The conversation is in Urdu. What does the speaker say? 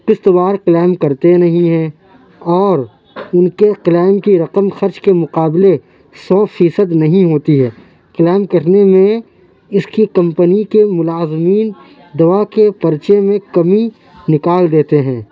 قسط وار پلان کرتے نہیں ہیں اور اُن کے کلیم کی رقم خرچ کے مقابلے سو فیصد نہیں ہوتی ہے کلیم کرنے میں اِس کی کمپنی کے ملازمین دوا کے پرچے میں کمی نکال دیتے ہیں